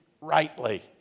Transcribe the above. rightly